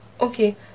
Okay